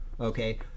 okay